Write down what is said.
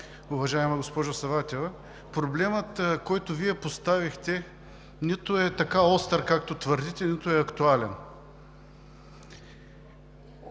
Уважаема госпожо Саватева, проблемът, който Вие поставихте, нито е така остър, както твърдите, нито е актуален.